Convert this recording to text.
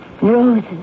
Roses